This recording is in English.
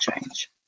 change